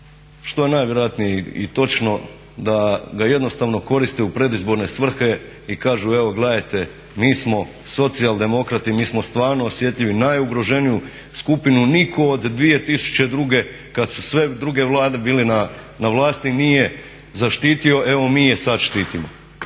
što je najvjerojatnije i točno, da ga jednostavno koriste u predizborne svrhe i kažu evo gledajte mi smo socijaldemokrati, mi smo stvarno osjetljivi, najugroženiju skupinu nitko od 2002. kad su sve druge Vlade bile na vlasti nije zaštitio evo mi je sad štitimo.